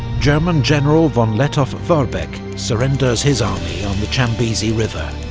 german general von lettow-vorbeck surrenders his army on the chambezi river.